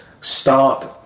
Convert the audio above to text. start